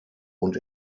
und